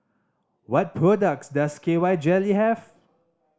what products does K Y Jelly have